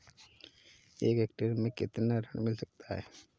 एक हेक्टेयर में कितना ऋण मिल सकता है?